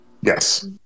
Yes